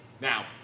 Now